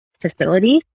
facility